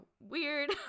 weird